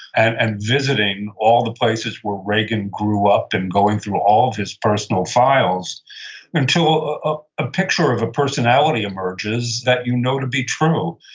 and and visiting all the places where reagan grew up, and going through ah all his personal files until ah a picture of a personality emerges that you know to be true.